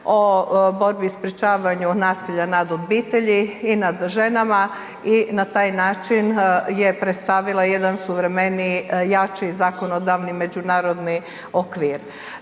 o borbi i sprječavanju nasilja nad obitelji i nad ženama i na taj način je predstavila jedan suvremeniji, jači zakonodavni međunarodni okvir.